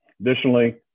Additionally